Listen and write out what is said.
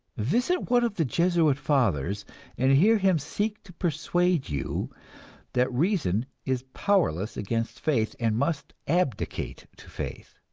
visit one of the jesuit fathers and hear him seek to persuade you that reason is powerless against faith and must abdicate to faith.